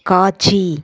காட்சி